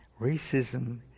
racism